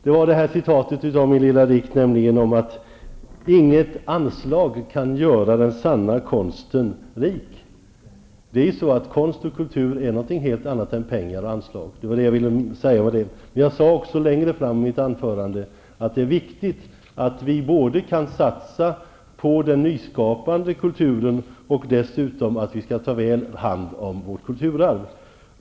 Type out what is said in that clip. Jag läste en dikt där det stod någonting om att inget anslag kan göra den sanna konsten rik. Konst och kultur är någonting helt annat än pengar och anslag. Det var vad jag ville säga med det. Jag sade också längre fram i mitt anförande att det är viktigt att vi kan satsa på den nyskapande kulturen, samtidigt som vi tar väl hand om vårt kulturarv.